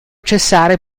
cessare